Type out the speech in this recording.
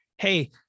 hey